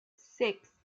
six